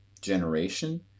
generation